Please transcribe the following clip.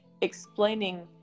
explaining